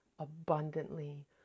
abundantly